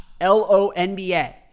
L-O-N-B-A